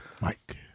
Mike